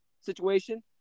situation